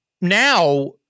now